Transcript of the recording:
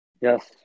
Yes